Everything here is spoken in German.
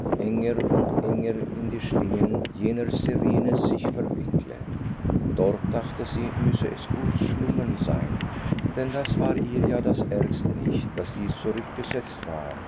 enger und enger in die schlingen jener sirene sich verwickle dort dachte sie müsse es gut schlummern sein denn das war ihr ja das ärgste nicht daß sie zurückgesetzt war